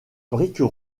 briques